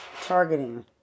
targeting